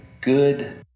good